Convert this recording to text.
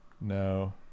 no